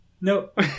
Nope